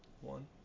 One